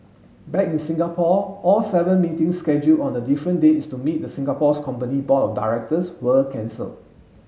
back in Singapore all seven meetings schedule on a different dates to meet the Singapore company's board of directors were cancelled